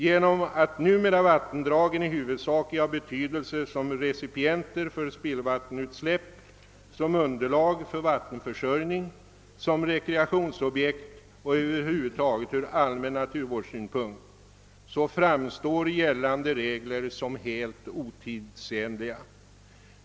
Genom att numera vattendragen i huvudsak är av betydelse som recipienter för spillvattensutsläpp, som underlag för vattenförsörjning, såsom <rekreationsobjekt och över huvud taget ur allmän naturvårdssynpunkt, så framstår gällande regler som helt otidsenliga.